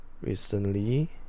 Recently